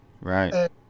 Right